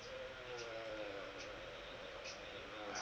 err